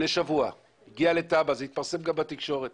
לאחר שזה התפרסם בתקשורת